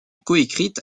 coécrite